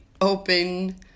open